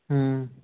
ம்